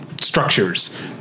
structures